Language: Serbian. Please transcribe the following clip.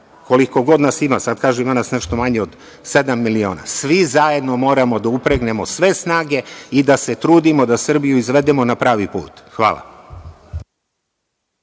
koliko god nas ima, sad kažem – ima nas nešto manje od 7.000.000, svi zajedno moramo da upregnemo sve snage i da se trudimo da Srbiju izvedemo na pravi put. Hvala.